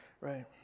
right